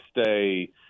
stay